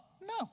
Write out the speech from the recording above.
No